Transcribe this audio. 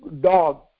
dog